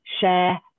share